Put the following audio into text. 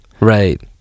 right